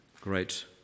great